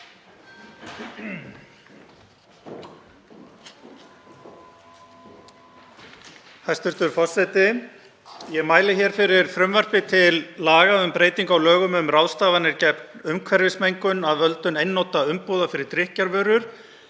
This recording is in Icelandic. Hæstv. forseti. Ég mæli hér fyrir frumvarpi til laga um breytingu á lögum um ráðstafanir gegn umhverfismengun af völdum einnota umbúða fyrir drykkjarvörur,